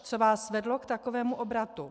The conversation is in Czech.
Co vás vedlo k takovému obratu?